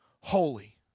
holy